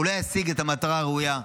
היא לא תשיג את המטרה הראויה.